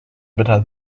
better